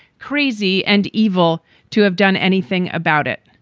crazy and evil to have done anything about it.